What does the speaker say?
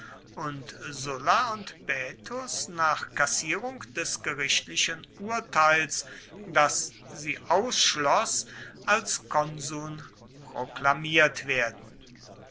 und sulla und paetus nach kassierung des gerichtlichen urteils das sie ausschloß als konsuln proklamiert werden